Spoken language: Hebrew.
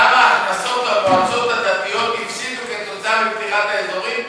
כמה הכנסות המועצות הדתיות הפסידו כתוצאה מבחירת האזורים,